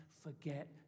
forget